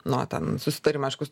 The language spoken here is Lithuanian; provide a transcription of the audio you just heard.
nuo ten susitarimo aišku